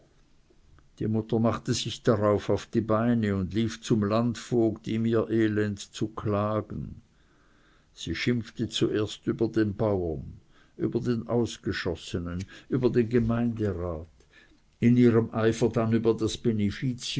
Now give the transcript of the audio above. die mutter machte sich darauf auf die beine und lief zum landvogt ihm ihr elend zu klagen sie schimpfte zuerst über den bauern über den ausgeschossenen über den gemeinderat in ihrem eifer dann über das